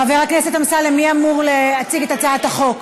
חבר הכנסת אמסלם, מי אמור להציג את הצעת החוק?